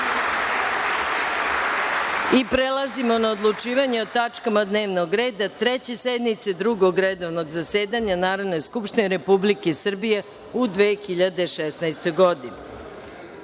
i prelazimo na odlučivanje o tačkama dnevnog reda Treće sednice Drugog redovnog zasedanja Narodne skupštine Republike Srbije u 2016.